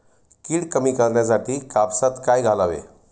कीड कमी करण्यासाठी कापसात काय घालावे?